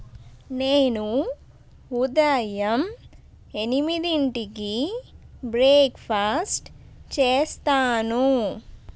నేను ఉదయం ఎనిమిదింటికి బ్రేక్ఫాస్ట్ చేస్తాను